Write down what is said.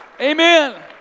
Amen